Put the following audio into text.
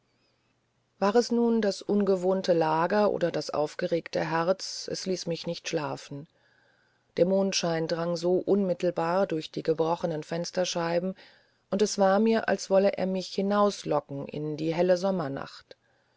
war es nun das ungewohnte lager oder das aufgeregte herz es ließ mich nicht schlafen der mondschein drang so unmittelbar durch die gebrochenen fensterscheiben und es war mir als wolle er mich hinauslocken in die helle sommernacht